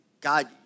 God